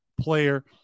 player